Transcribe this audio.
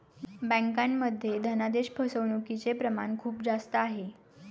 बँकांमध्ये धनादेश फसवणूकचे प्रमाण खूप जास्त आहे